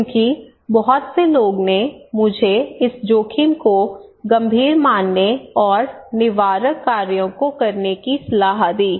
क्योंकि बहुत से लोग ने मुझे इस जोखिम को गंभीर मानने और निवारक कार्यों को करने की सलाह दी